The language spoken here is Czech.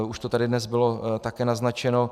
Už to tady dnes bylo také naznačeno.